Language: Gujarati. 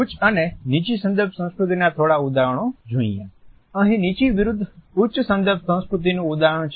ઉચ્ચ અને નીચી સંદર્ભ સંસ્કૃતિના થોડા ઉદાહરણો અહીં નીચી વિરુદ્ધ ઉચ્ચ સંદર્ભે સંસ્કૃતીનું ઉદાહરણ છે